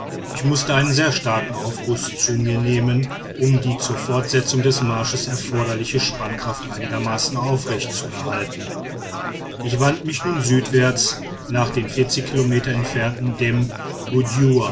ich mußte einen sehr starken aufguß zu mir nehmen um die zur fortsetzung des marsches erforderliche spannkraft einigermaßen aufrechtzuhalten ich wandte mich nun südwärts nach dem kilometer entfernten